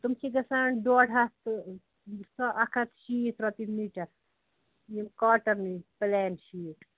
تِم چھِ گَژھان ڈۄڈ ہَتھ تہٕ سا اَکھ ہَتھ شیٖتھ رۄپیہِ میٖٹَر یِم کاٹَنٕے پُلین شیٖٹ